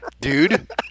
dude